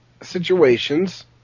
situations